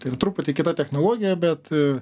tai yra truputį kita technologija bet